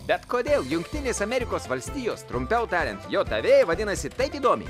bet kodėl jungtinės amerikos valstijos trumpiau tariant jav vadinasi taip įdomiai